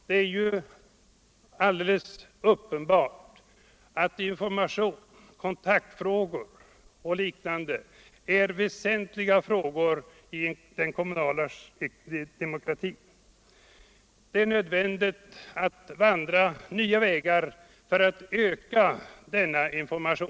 Det är alldeles uppenbart att information, kontaktfrågor och liknande är väsentliga inslag i den kommunala demokratin. Det är nödvändigt att vandra nya vägar för att öka denna information.